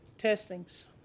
Testings